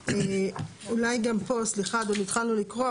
(3)"; אולי גם פה, סליחה אדוני, התחלנו לקרוא.